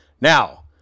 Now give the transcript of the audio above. Now